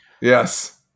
yes